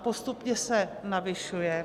Postupně se navyšuje.